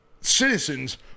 citizens